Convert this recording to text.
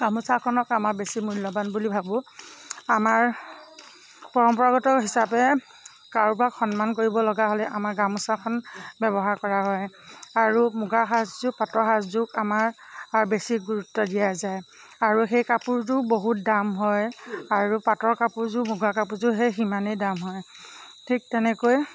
গামোচাখনক আমাৰ বেছি মূল্যবান বুলি ভাবোঁ আমাৰ পৰম্পৰাগত হিচাপে কাৰোবাক সন্মান কৰিব লগা হ'লে আমাৰ গামোচাখন ব্যৱহাৰ কৰা হয় আৰু মুগা সাজযোৰ পাটৰ সাজযোৰ আমাৰ বেছি গুৰুত্ব দিয়া যায় আৰু সেই কাপোৰযোৰ বহুত দাম হয় আৰু পাটৰ কাপোৰযোৰ মুগাৰ কাপোৰযোৰ সেই সিমানেই দাম হয় ঠিক তেনেকৈ